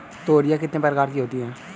तोरियां कितने प्रकार की होती हैं?